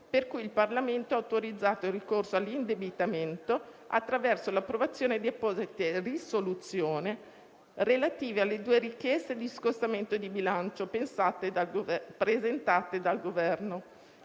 per cui il Parlamento ha autorizzato il ricorso all'indebitamento attraverso l'approvazione di apposite risoluzioni relative alle due richieste di scostamento di bilancio presentate dal Governo.